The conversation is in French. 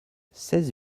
seize